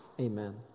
Amen